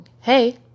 Hey